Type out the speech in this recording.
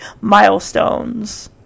milestones